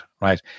right